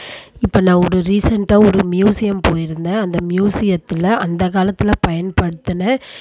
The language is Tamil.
இப்போ நான் ஒரு ரீசண்டாக ஒரு மியூசியம் போயிருந்தேன் அந்த மியூசியத்தில் அந்த காலத்தில் பயன்படுத்தின